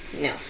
No